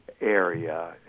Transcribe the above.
area